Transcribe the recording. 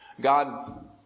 God